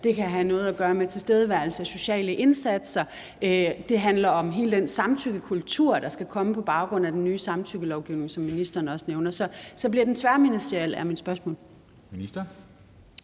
det kan have noget at gøre med tilstedeværelsen af sociale indsatser; det handler om hele den samtykkekultur, der skal komme på baggrund af den nye samtykkelovgivning, som ministeren også nævner. Så mit spørgsmål er,